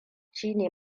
shine